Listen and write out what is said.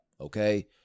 Okay